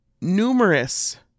numerous